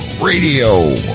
Radio